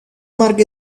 mark